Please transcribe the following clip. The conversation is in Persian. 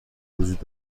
وجود